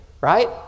right